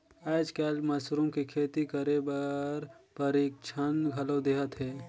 आयज कायल मसरूम के खेती करे बर परिक्छन घलो देहत हे